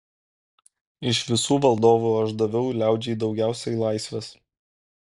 iš visų valdovų aš daviau liaudžiai daugiausiai laisvės